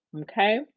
okay